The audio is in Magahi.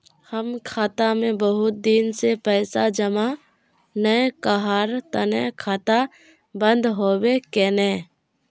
हम खाता में बहुत दिन से पैसा जमा नय कहार तने खाता बंद होबे केने?